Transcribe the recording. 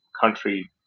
country